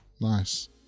nice